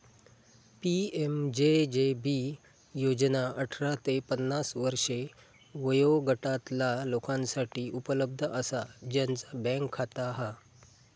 PMJJB योजना अठरा ते पन्नास वर्षे वयोगटातला लोकांसाठी उपलब्ध असा ज्यांचा बँक खाता हा